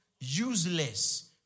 useless